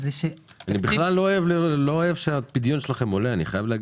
אני לא אוהב שהפדיון שלכם עולה, אני חייב להגיד.